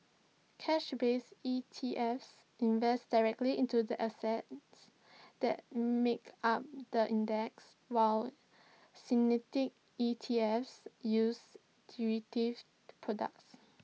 cash based E T Fs invest directly into the assets that make up the index while synthetic E T Fs use derivative products